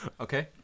Okay